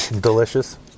Delicious